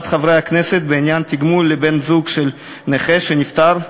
חברי הכנסת בעניין תגמול לבן-זוג של נכה שנפטר,